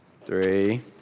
three